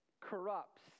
corrupts